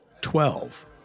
Twelve